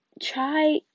Try